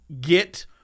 get